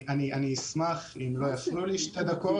אני אשמח אם לא יפריעו לי שתי דקות.